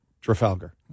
Trafalgar